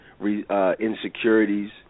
insecurities